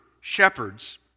shepherds